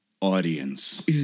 audience